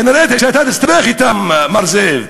כנראה אתה תסתבך אתם, מר זאב,